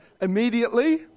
immediately